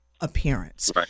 appearance